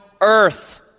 earth